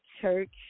church